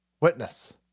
witness